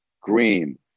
Green